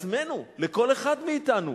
לעצמנו, לכל אחד מאתנו.